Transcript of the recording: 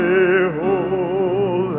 Behold